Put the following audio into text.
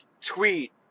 tweet